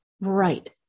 right